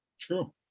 True